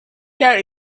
there